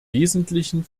wesentlichen